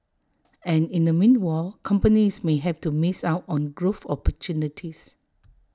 and in the meanwhile companies may have to miss out on growth opportunities